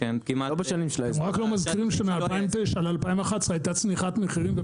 אתם רק לא מזכירים שמ-2009 עד 2011 הייתה צניחת מחירים.